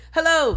Hello